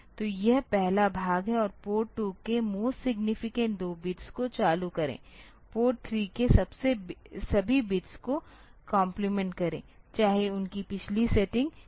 तो यह पहला भाग है और पोर्ट 2 के मोस्ट सिग्नीफिकेंट 2 बिट्स को चालू करें पोर्ट 3 के सभी बिट्स को कॉम्प्लीमेंट करें चाहे उनकी पिछली सेटिंग कुछ भी हो